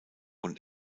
und